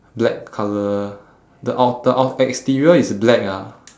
black colour the out~ the ou~ exterior is black ah